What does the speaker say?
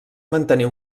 mantenir